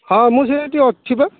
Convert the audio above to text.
ହଁ ମୁଁ ସେଇଠି ଅଛି ପା